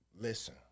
Listen